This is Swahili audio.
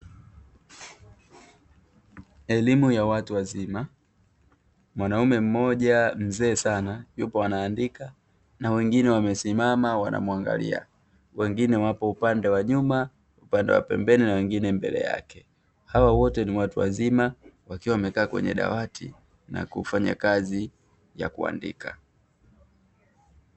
Elimu ya watu wazima, mwanaume mmoja mzee sana yupo anaandika na wengine wamesimama wanamuangalia. Wengine wapo upande wa nyuma, upande wa pembeni na wengine mbele yake. Hawa wote ni watu wazima, wakiwa wamekaa kwenye dawati na kufanya kazi ya kuandika.